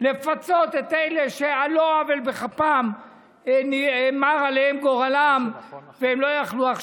לפצות את אלה שעל לא עוול בכפם המר עליהם גורלם והם לא יכלו.